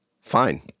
fine